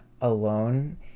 alone